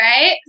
right